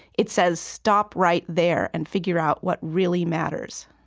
it says stop right there and figure out what really matters.